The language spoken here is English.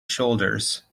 shoulders